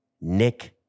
Nick